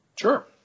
Sure